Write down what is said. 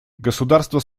государства